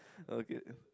okay